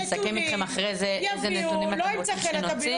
נסכם איתכם אחרי זה איזה נתונים אתם רוצים שנוציא.